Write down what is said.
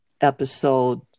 episode